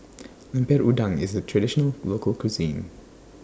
Lemper Udang IS A Traditional Local Cuisine